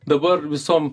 dabar visom